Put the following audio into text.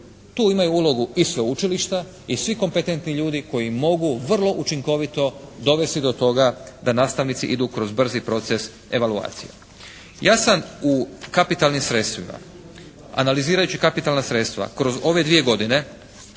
Tu imaju ulogu i sveučilišta i svi kompetentni ljudi koji mogu vrlo učinkovito dovesti do toga da nastavnici idu kroz brzi proces evaluacije. Ja sam u kapitalnim sredstvima analizirajući kapitalna sredstva kroz ove dvije godine,